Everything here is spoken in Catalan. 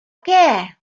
què